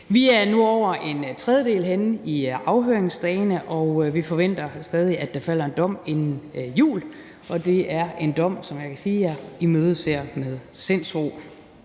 Vi er nu over en tredjedel henne i afhøringsdagene, og vi forventer stadig, at der falder en dom inden jul. Og det er en dom, som jeg kan sige jeg imødeser med sindsro.